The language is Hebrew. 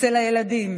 אצל הילדים.